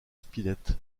spilett